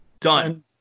done